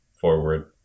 forward